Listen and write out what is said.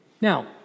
Now